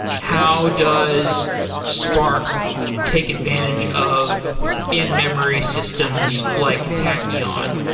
how does spark take advantage of in-memory systems, like tachyon?